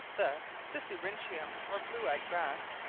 the sisyrinchium, or blue-eyed grass,